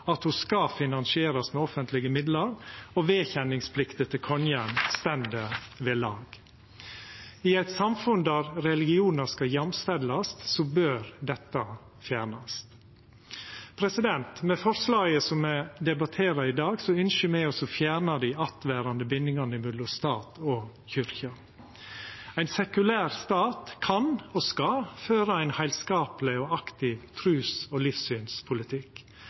at ho skal finansierast med offentlege midlar, og vedkjenningsplikta til kongen står ved lag. I eit samfunn der religionar skal jamstillast, bør dette fjernast. Med forslaget me i dag debatterer, ønskjer me å fjerna dei attverande bindingane mellom stat og kyrkje. Ein sekulær stat kan og skal føra ein heilskapleg og aktiv trus- og livssynspolitikk,